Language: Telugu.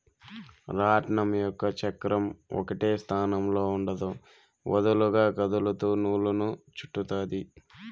రాట్నం యొక్క చక్రం ఒకటే స్థానంలో ఉండదు, వదులుగా కదులుతూ నూలును చుట్టుతాది